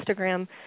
Instagram